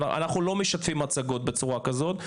אנחנו לא משתפים מצגות בצורה כזאת,